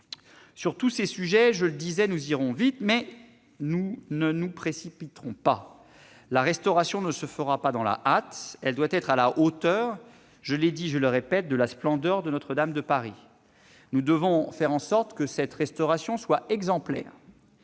Sur tous ces sujets, je le disais, nous irons vite, mais nous ne nous précipiterons pas. La restauration ne se fera pas dans la hâte. Elle doit être à la hauteur, je l'ai dit et je le répète, de la splendeur de Notre-Dame de Paris. Nous devons faire en sorte que cette restauration soit exemplaire.